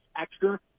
extra